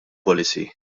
policy